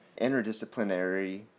interdisciplinary